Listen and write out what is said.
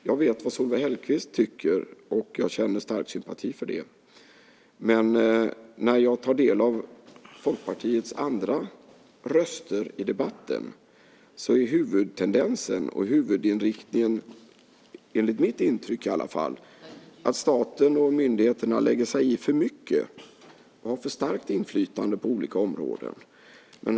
Jag vet vad Solveig Hellquist tycker och jag känner stark sympati för det. Men när jag tar del av Folkpartiets andra röster i debatten är huvudtendensen och huvudinriktningen, enligt mitt intryck i alla fall, att staten och myndigheterna lägger sig i för mycket och har för starkt inflytande på olika områden.